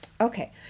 Okay